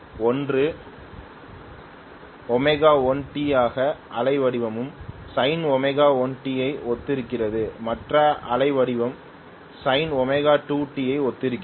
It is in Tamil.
ஒன்று ω1t ஒரு அலைவடிவம் sinω1t ஐ ஒத்திருக்கிறது மற்ற அலைவடிவம் sinω2t ஐ ஒத்திருக்கிறது